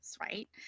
right